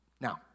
Now